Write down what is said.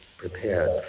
Prepared